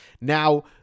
now